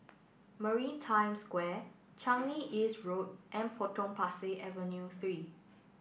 Maritime Square Changi East Road and Potong Pasir Avenue Three